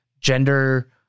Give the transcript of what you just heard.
gender